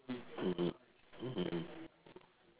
mmhmm mmhmm